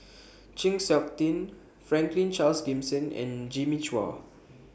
Chng Seok Tin Franklin Charles Gimson and Jimmy Chua